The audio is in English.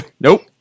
nope